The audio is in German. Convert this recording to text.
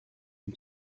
ihm